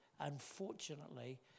Unfortunately